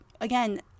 again